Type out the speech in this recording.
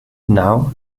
now